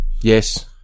Yes